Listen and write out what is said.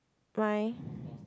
my